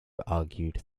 argued